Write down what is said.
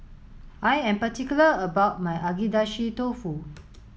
I am particular about my Agedashi dofu